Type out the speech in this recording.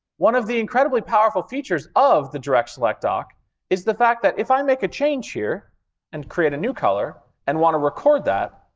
one of the incredibly powerful features of the direct select dock is the fact that if i make a change here and create a new color and want to record that,